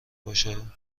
باشه